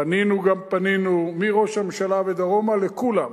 פנינו גם פנינו, מראש הממשלה ודרומה, לכולם,